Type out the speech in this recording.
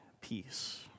peace